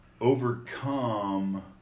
overcome